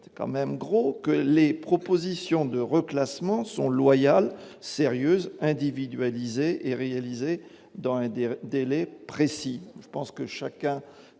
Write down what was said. c'est quand même gros que les propositions de reclassements sont loyales sérieuse individualisé et réalisé dans un des délais précis, je pense que chacun